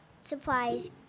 supplies